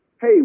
hey